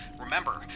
Remember